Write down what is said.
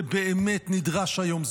זה באמת נדרש היום.